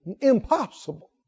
Impossible